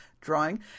drawing